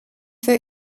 für